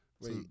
Wait